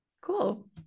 Cool